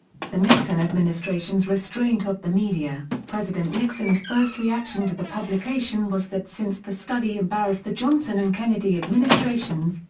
the nixon administration's restraint of the media president nixon's first reaction to the publication was that since the study embarrassed the johnson and kennedy administrations,